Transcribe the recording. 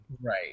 right